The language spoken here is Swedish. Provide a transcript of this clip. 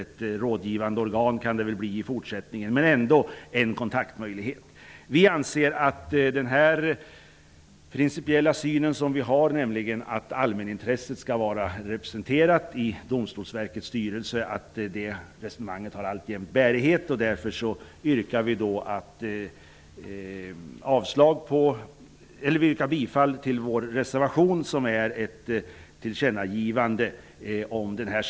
I fortsättningen kan det kanske bli ett rådgivande organ, dvs. en kontaktmöjlighet. Vi socialdemokrater anser att resonemanget när det gäller vår principiella syn, dvs. att allmänintresset skall vara representerat i Domstolsverkets styrelse, alltjämt har bärighet. Vi yrkar därför bifall till vår reservation som innebär ett tillkännagivande till regeringen.